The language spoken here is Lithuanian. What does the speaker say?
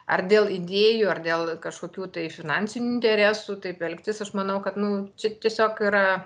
ar dėl idėjų ar dėl kažkokių tai finansinių interesų taip elgtis aš manau kad nu čia tiesiog yra